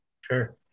Sure